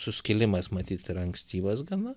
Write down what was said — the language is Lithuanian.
suskilimas matyt yra ankstyvas gana